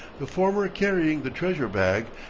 the former carrying the treasure bag,